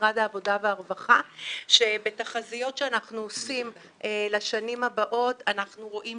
משרד העבודה והרווחה שבתחזיות שאנחנו עושים לשנים הבאות אנחנו רואים